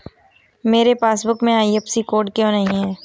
मेरे पासबुक में IFSC code क्यो नहीं है?